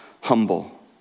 humble